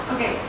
Okay